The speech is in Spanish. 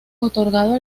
otorgado